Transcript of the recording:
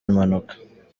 impanuka